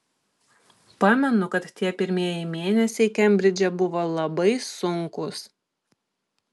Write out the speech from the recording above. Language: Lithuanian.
pamenu kad tie pirmieji mėnesiai kembridže buvo labai sunkūs